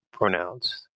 pronounced